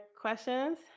questions